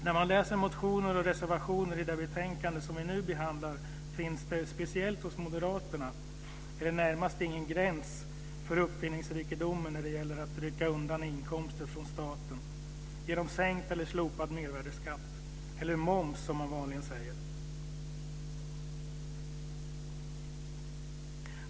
När man läser motioner och reservationer i det betänkande som vi nu behandlar finns det, speciellt hos moderaterna, i det närmaste ingen gräns för uppfinningsrikedomen när det gäller att rycka undan inkomster från staten genom sänkt eller slopad mervärdesskatt, eller moms som man vanligen säger.